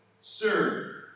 Sir